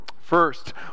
First